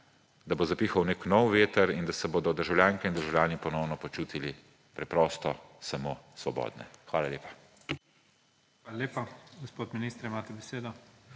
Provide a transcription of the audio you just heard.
da bo zapihal nek nov veter in da se bodo državljanke in državljani ponovno počutili preprosto samo svobodne. Hvala lepa. **PREDSEDNIK IGOR ZORČIČ:** Hvala lepa. Gospod minister, imate besedo.